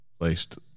placed